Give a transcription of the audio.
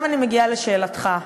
עכשיו אני מגיעה לשאלתך,